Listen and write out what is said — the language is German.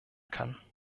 kann